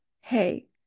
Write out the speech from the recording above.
Hey